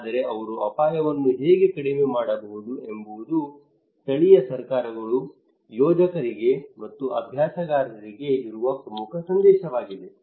ಆದರೆ ಅವರು ಅಪಾಯವನ್ನು ಹೇಗೆ ಕಡಿಮೆ ಮಾಡಬಹುದು ಎಂಬುದು ಸ್ಥಳೀಯ ಸರ್ಕಾರಗಳು ಯೋಜಕರಿಗೆ ಮತ್ತು ಅಭ್ಯಾಸಕಾರರಿಗೆ ಇರುವ ಪ್ರಮುಖ ಸಂದೇಶವಾಗಿದೆ